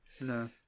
No